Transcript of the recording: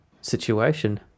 situation